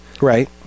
right